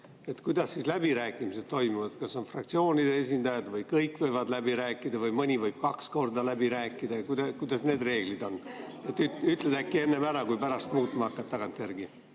kuidas siis läbirääkimised toimuvad. Kas vaid fraktsioonide esindajad või kõik võivad läbi rääkida või mõni võib kaks korda läbi rääkida? Kuidas need reeglid on? Ütled äkki enne ära ega hakka pärast tagantjärgi